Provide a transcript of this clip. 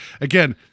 again